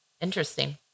interesting